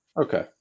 Okay